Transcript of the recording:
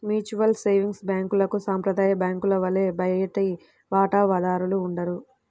mutual savings బ్యాంక్లకు సాంప్రదాయ బ్యాంకుల వలె బయటి వాటాదారులు ఉండరు